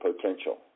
potential